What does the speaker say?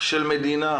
של מדינה,